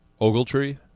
Ogletree